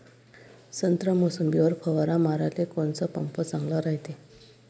संत्रा, मोसंबीवर फवारा माराले कोनचा पंप चांगला रायते?